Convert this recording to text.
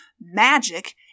magic